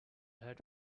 had